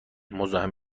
مزاحم